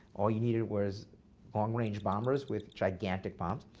all you needed was long range bombers with gigantic bombs.